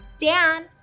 Dan